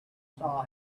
saw